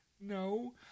No